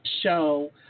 Show